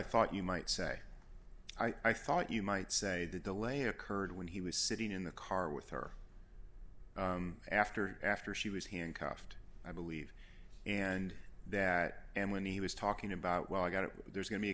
thought you might say i thought you might say that the way occurred when he was sitting in the car with her after after she was handcuffed i believe and that and when he was talking about well i got it there's going to be